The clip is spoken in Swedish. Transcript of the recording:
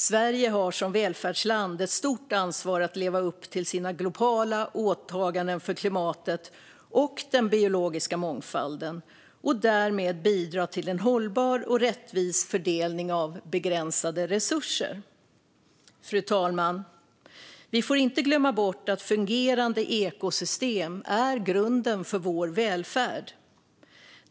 Sverige har som välfärdsland ett stort ansvar att leva upp till sina globala åtaganden för klimatet och den biologiska mångfalden och därmed bidra till en hållbar och rättvis fördelning av begränsade resurser. Fru talman! Vi får inte glömma bort att fungerande ekosystem är grunden för vår välfärd.